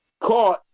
caught